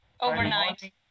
overnight